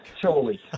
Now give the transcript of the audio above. Surely